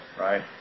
right